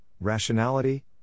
rationality